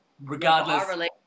regardless